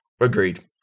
Agreed